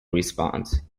response